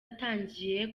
atangiye